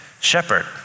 shepherd